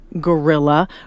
Gorilla